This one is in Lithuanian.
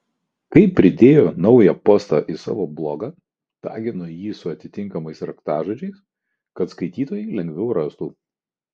kai pridėjo naują postą į savo blogą tagino jį su atitinkamais raktažodžiais kad skaitytojai lengviau rastų